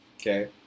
okay